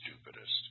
stupidest